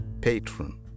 patron